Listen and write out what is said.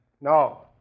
No